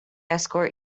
escort